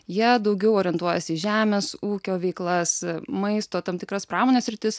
jie daugiau orientuojasi į žemės ūkio veiklas maisto tam tikras pramonės sritis